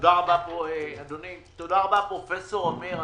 תודה רבה פרופסור אמיר.